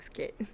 scared